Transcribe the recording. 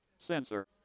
sensor